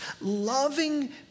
loving